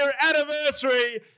anniversary